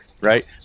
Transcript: right